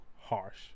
harsh